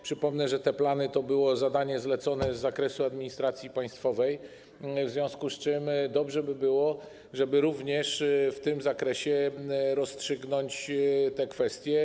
Przypomnę, że te plany to było zadanie zlecone z zakresu administracji państwowej, w związku z czym dobrze by było, żeby również w tym zakresie rozstrzygnąć te kwestie.